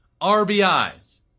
RBIs